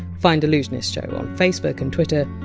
find allusionistshow on facebook and twitter,